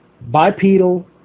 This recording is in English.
bipedal